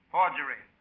Forgery